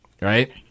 right